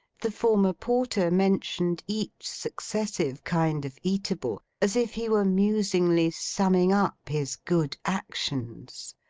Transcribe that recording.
the former porter mentioned each successive kind of eatable, as if he were musingly summing up his good actions.